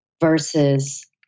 versus